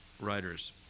writers